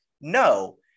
No